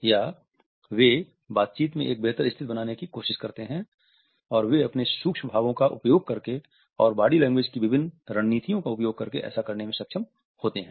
या वे बातचीत में एक बेहतर स्थिति बनाने की कोशिश करते हैं और वे अपने सूक्ष्म भावों का उपयोग करके और बॉडी लैंग्वेज की विभिन्न रणनीतियों का उपयोग करके ऐसा करने में सक्षम होते हैं